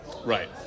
Right